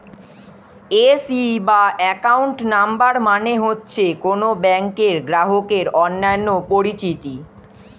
AC বা account number মানে হচ্ছে কোন ব্যাংকের গ্রাহকের অন্যান্য পরিচিতি